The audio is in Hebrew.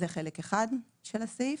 זה חלק אחד של הסעיף.